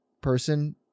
person